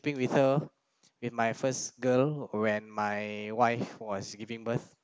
sleeping with her with my first girl when my wife was giving birth